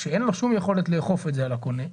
כשאין לו שום יכולת לאכוף את זה על הקונה.